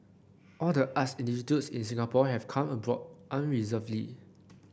all the arts institutes in Singapore have come aboard unreservedly